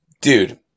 Dude